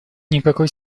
никакой